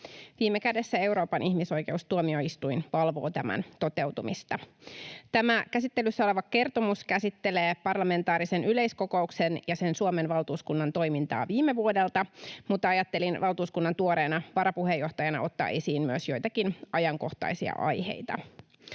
Viime kädessä Euroopan ihmisoikeustuomioistuin valvoo tämän toteutumista. Tämä käsittelyssä oleva kertomus käsittelee parlamentaarisen yleiskokouksen ja sen Suomen valtuuskunnan toimintaa viime vuodelta, mutta ajattelin valtuuskunnan tuoreena varapuheenjohtajana ottaa esiin myös joitakin ajankohtaisia aiheita.